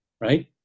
right